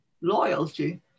loyalty